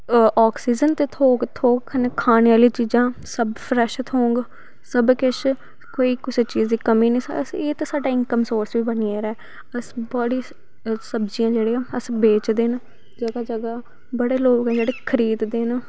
oxygen ते थ्होग थ्होग कन्नै खाने आह्ली चीजां सब प्रैश थ्होग सब किश कोई कुसै चीज़ दी कमी नी एह् ते साढ़ा इंकम सोरस बी बनी गेदा ऐ अस बाड़ी सब्जियां जेह्ड़ियां बेचदे न जगा जगा बड़े लोग जेह्ड़े खरीददे न